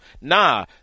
Nah